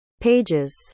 pages